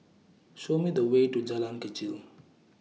Show Me The Way to Jalan Kechil